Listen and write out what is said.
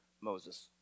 Moses